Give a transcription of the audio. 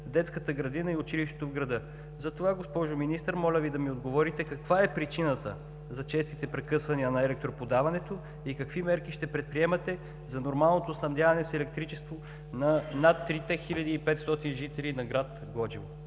детската градина и училището в града. Затова, госпожо Министър, моля Ви да ми отговорите: каква е причината за честите прекъсвания на електроподаването и какви мерки ще предприемате за нормалното снабдяване с електричество на над 3500-те жители на град Глоджево?